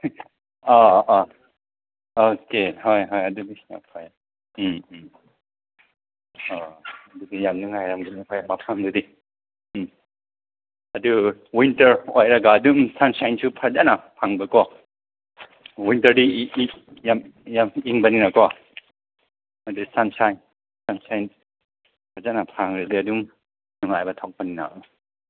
ꯑ ꯑ ꯑꯣꯀꯦ ꯍꯣꯏ ꯍꯣꯏ ꯑꯗꯨꯗꯤ ꯌꯥꯝ ꯐꯩ ꯎꯝ ꯎꯝ ꯎꯝ ꯑꯣ ꯑꯗꯨꯗꯤ ꯌꯥꯝ ꯅꯨꯡꯉꯥꯏꯔꯝꯒꯅꯤ ꯍꯣꯏ ꯃꯐꯝꯗꯨꯗꯤ ꯎꯝ ꯑꯗꯨ ꯋꯤꯟꯇꯔ ꯑꯣꯏꯔꯒ ꯑꯗꯨꯝ ꯁꯟꯁꯥꯏꯟꯁꯨ ꯐꯖꯅ ꯐꯪꯕꯀꯣ ꯋꯤꯟꯇꯔꯗꯤ ꯌꯥꯝ ꯌꯥꯝ ꯏꯪꯕꯅꯤꯅꯀꯣ ꯑꯗꯨ ꯁꯟꯁꯥꯏꯟ ꯁꯟꯁꯥꯏꯟ ꯐꯖꯅ ꯐꯪꯉꯗꯤ ꯑꯗꯨꯝ ꯅꯨꯡꯉꯥꯏꯕ ꯊꯣꯛꯄꯅꯤꯅ